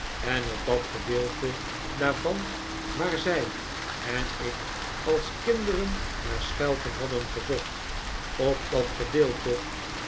en op dat gedeelte daarvan waar zij en ik als kinderen naar schelpen hadden gezocht op dat gedeelte